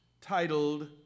titled